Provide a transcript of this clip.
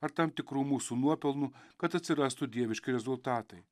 ar tam tikrų mūsų nuopelnų kad atsirastų dieviški rezultatai